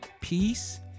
peace